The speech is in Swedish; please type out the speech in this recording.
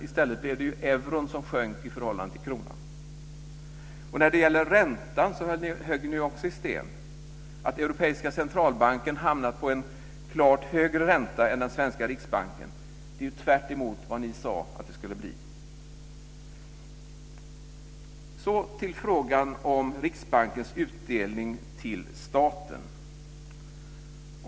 I stället blev det euron som sjönk i förhållande till kronan. När det gäller räntan högg ni också i sten. Att Europeiska centralbanken har hamnat på en klart högre räntan än den svenska riksbanken är tvärtemot vad ni sade skulle bli. Så till frågan om Riksbankens utdelning till staten.